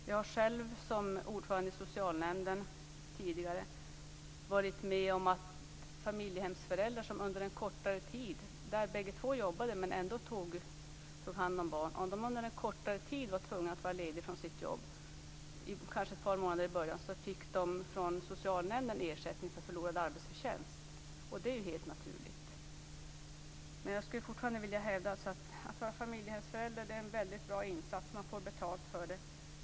Jag har själv som ordförande i socialnämnden tidigare varit med om att familjehemsföräldrar som under en kortare tid varit tvungna att vara lediga från sina jobb, kanske ett par månader i början, fått ersättning från socialnämnden för förlorad arbetsförtjänst. Bägge två jobbade, men tog ändå hand om barn. Det är ju helt naturligt. Jag skulle fortfarande vilja hävda att det är en väldigt bra insats att vara familjehemsförälder, man får betalt för det.